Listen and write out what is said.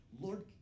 Lord